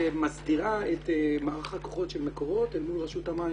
שמסדירה את מערך הכוחות של מקורות אל מול רשות המים